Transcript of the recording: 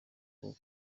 rwo